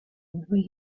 where